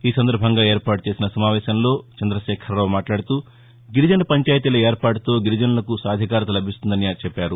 ఈ సందర్బంగా ఏర్పాటు చేసిన సమావేశంలో చంద్రశేఖరరావు మాట్లాడుతూ గిరిజన పంచాయతీల ఏర్పాటుతో గిరిజనులకు సాధికారత లభిస్తుందని చెప్పారు